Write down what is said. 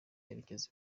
yerekeza